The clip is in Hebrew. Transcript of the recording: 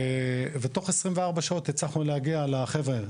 ובתוך 24 שעות הצלחנו להגיע לחבר'ה האלה.